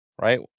right